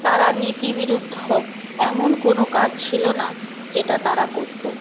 তার নীতি বিরুদ্ধ এমন কোনও কাজ ছিল না যেটা তারা করতো